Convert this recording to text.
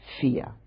fear